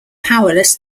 powerless